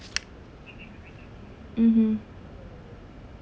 mmhmm